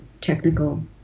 technical